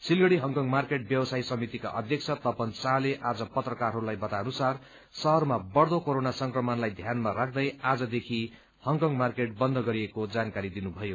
Siliguri Hong Kong market व्यवसायी समितिका अध्यक्ष तपन शाहले आज पत्रकारहरूलाई बताए अनुसार शहरमा बढ़दो कोरोना संक्रमणलाई ध्यानमा राख्दै आजदेखि हडकङ माकेँट बन्द गरिएको जानकारी दिनुभयो